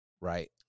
right